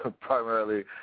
Primarily